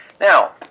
Now